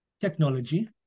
technology